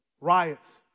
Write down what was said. Riots